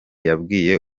yabwiye